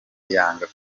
yanga